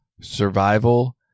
survival